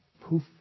Poof